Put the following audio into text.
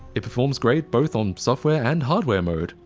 it performs great both on software and hardware mode.